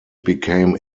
became